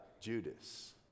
Judas